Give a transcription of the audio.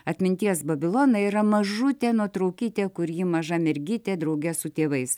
atminties babilonai yra mažutė nuotraukytė kur ji maža mergytė drauge su tėvais